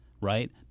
right